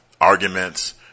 arguments